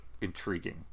intriguing